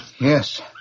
Yes